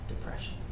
depression